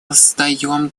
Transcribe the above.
воздаем